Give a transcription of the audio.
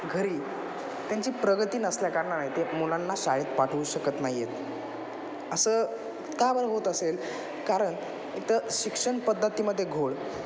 घरी त्यांची प्रगती नसल्याकारणाने ते मुलांना शाळेत पाठवू शकत नाही आहेत असं का बरं होत असेल कारण इथं शिक्षण पद्धतीमध्ये घोळ